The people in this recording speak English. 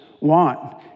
want